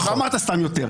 לא אמרת סתם יותר.